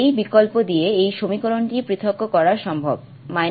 এই বিকল্প দিয়ে এই সমীকরণটি পৃথক করা সম্ভব